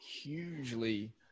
hugely